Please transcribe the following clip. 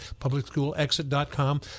publicschoolexit.com